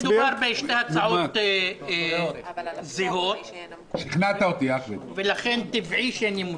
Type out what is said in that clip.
מדובר בשתי הצעות זהות, ולכן טבעי שהן ימוזגו.